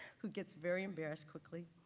who gets very embarrassed quickly,